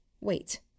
Wait